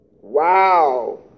Wow